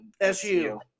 SU